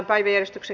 asia